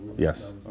Yes